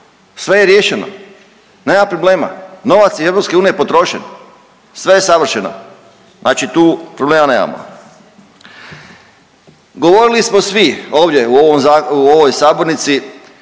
sve je riješeno, nema problema, novac EU je potrošen, sve je savršeno. Znači tu problema nemamo. Govorili smo svi ovdje u ovoj sabornici